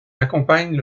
accompagne